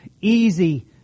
easy